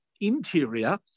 interior